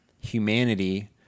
humanity